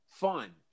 fun